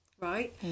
right